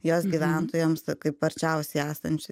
jos gyventojams kaip arčiausiai esanč